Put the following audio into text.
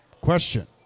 Question